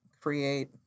create